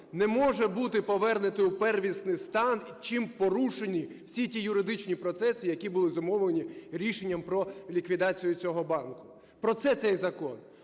не може бути повернуто у первісний стан, чим порушені всі ті юридичні процеси, які були зумовлені рішенням про ліквідацію цього банку. Про це цей закон.